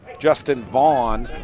justin vaughn.